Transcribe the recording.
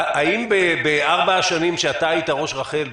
האם בארבע השנים שאתה היית ראש רח"ל,